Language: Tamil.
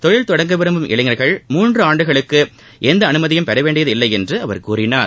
தொழில் தொடங்க விரும்பும் இளைஞர்கள் மூன்று ஆண்டுக்கு எந்த அனுமதியும் பெற வேண்டியது இல்லை என்று அவர் கூறினார்